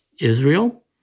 Israel